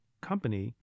company